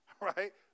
right